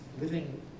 living